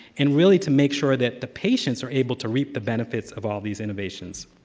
and really to make sure that the patients are able to reap the benefits of all these innovations.